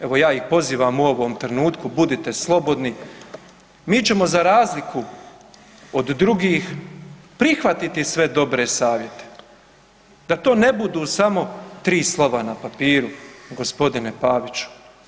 Evo ja ih pozivam u ovom trenutku budite slobodni, mi ćemo za razliku od drugih prihvatiti sve dobre savjete, da to ne budu samo 3 slova na papiru g. Paviću.